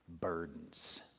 burdens